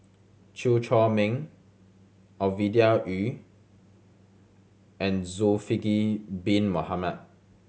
Chew Chor Meng Ovidia Yu and Zulkifli Bin Mohamed